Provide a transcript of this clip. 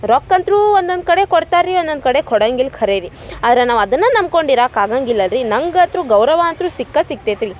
ರೊಕ್ಕ ಅಂತ್ರೂ ಒನ್ನೊಂದು ಕಡೆ ಕೊಡ್ತಾರೆ ರೀ ಒನ್ನೊಂದು ಕಡೆ ಕೊಡಂಗಿಲ್ಲ ಖರೆ ರೀ ಆದ್ರ ನಾವು ಅದನ್ನ ನಂಬ್ಕೊಂಡು ಇರಾಕ್ಕೆ ಆಗಂಗಿಲ್ಲ ರೀ ನನ್ಗಂತ್ರು ಗೌರವ ಅಂತ್ರು ಸಿಕ್ಕ ಸಿಕ್ತೈತ್ ರೀ